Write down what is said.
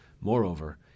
Moreover